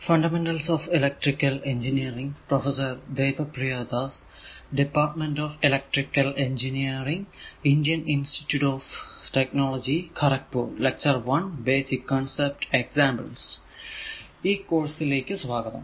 ഈ കോഴ്സിലേക്ക്സ്വാഗതം